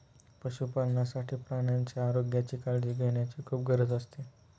पशुपालनासाठी प्राण्यांच्या आरोग्याची काळजी घेण्याची खूप गरज असते